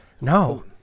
No